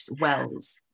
wells